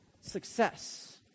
success